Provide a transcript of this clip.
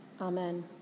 Amen